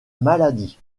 maladies